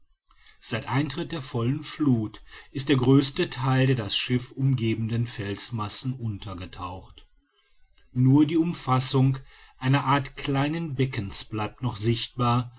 seit eintritt der vollen fluth ist der größte theil der das schiff umgebenden felsmassen untergetaucht nur die umfassung einer art kleinen beckens bleibt noch sichtbar